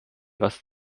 was